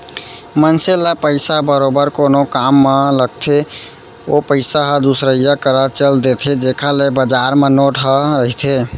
मनसे ल पइसा बरोबर कोनो काम म लगथे ओ पइसा ह दुसरइया करा चल देथे जेखर ले बजार म नोट ह रहिथे